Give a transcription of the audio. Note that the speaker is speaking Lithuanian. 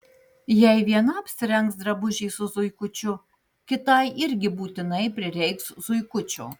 jei viena apsirengs drabužį su zuikučiu kitai irgi būtinai prireiks zuikučio